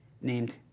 named